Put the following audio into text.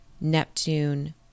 Neptune